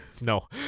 no